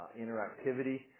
interactivity